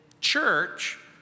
church